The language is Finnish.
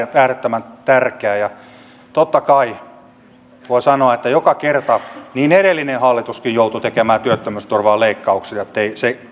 äärettömän tärkeä totta kai voi sanoa että joka kerta kun edellinenkin hallitus joutui tekemään työttömyysturvaan leikkauksia ettei